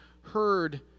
heard